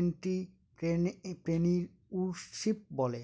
entrepreneurship বলে